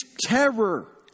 terror